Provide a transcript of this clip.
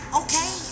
okay